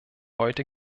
heute